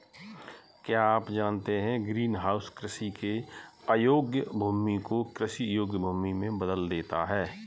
क्या आप जानते है ग्रीनहाउस कृषि के अयोग्य भूमि को कृषि योग्य भूमि में बदल देता है?